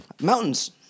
Mountains